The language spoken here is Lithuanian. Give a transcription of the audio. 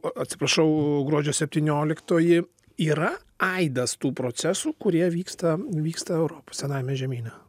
atsiprašau gruodžio septynioliktoji yra aidas tų procesų kurie vyksta vyksta europos senajame žemyne